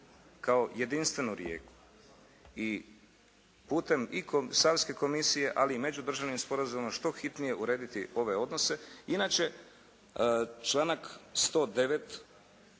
kao jedinstvenu rijeku. I putem Savske komisije ali i međudržavnim sporazumom što hitnije urediti ove odnose, inače članak 109.